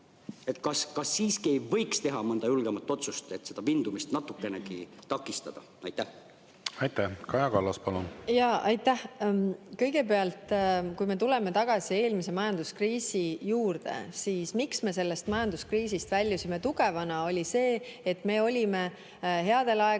Kas siiski ei võiks teha mõnd julgemat otsust, et seda vindumist natukenegi takistada? Aitäh! Kaja Kallas, palun! Aitäh! Kaja Kallas, palun! Aitäh! Kõigepealt, kui me tuleme tagasi eelmise majanduskriisi juurde, siis sellest majanduskriisist me väljusime tugevana selle tõttu, et me olime headel aegadel